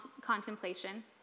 contemplation